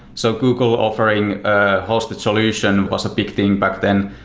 so google offering a hosted solution was a big thing back then.